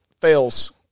fails